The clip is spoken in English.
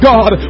God